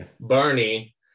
Barney